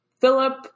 Philip